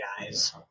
guys